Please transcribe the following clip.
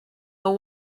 but